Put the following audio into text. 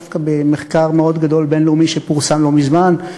דווקא במחקר בין-לאומי מאוד גדול שפורסם לא מזמן,